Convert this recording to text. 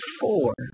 four